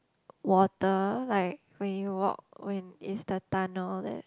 water like when you walk when it's the tunnel all that